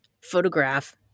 photograph